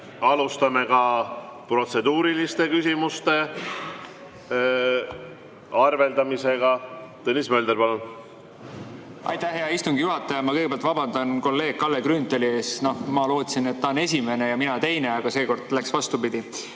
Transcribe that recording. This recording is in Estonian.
Alustame ka protseduuriliste küsimuste arveldamist. Tõnis Mölder, palun! Aitäh, hea istungi juhataja! Ma kõigepealt vabandan kolleeg Kalle Grünthali ees. Ma lootsin, et ta on esimene ja mina teine, aga seekord läks vastupidi.